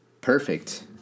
perfect